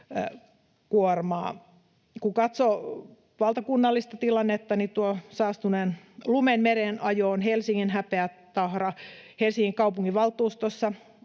kuormaa. Kun katsoo valtakunnallista tilannetta, niin saastuneen lumen mereen ajo on Helsingin häpeätahra. Helsingin kaupunginvaltuustossa